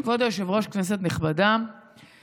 כבוד היושב-ראש, כנסת נכבדה,